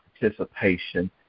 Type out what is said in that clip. participation